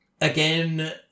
Again